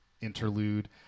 interlude